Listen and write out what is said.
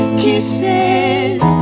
kisses